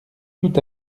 tout